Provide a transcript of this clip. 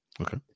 Okay